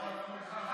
חבר הכנסת אבוטבול?